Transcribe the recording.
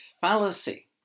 fallacy